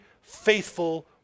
faithful